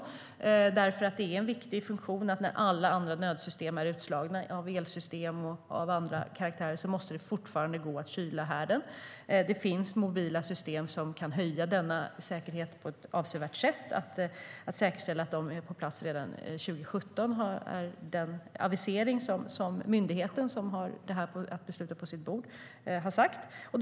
Det är en viktig funktion. När alla andra nödsystem är utslagna för elsystem och system av annan karaktär så måste det fortfarande gå att kyla härden. Det finns mobila system som kan höja denna säkerhet på ett avsevärt sätt. Myndigheten som har att besluta och har detta på sitt bord har aviserat att man vill säkerställa att de är på plats 2017.